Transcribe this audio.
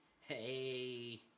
Hey